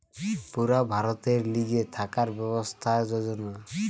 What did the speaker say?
পুরা ভারতের লিগে থাকার ব্যবস্থার যোজনা